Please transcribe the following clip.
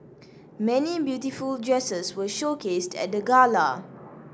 many beautiful dresses were showcased at the gala